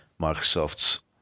Microsoft's